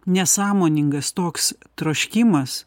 nesąmoningas toks troškimas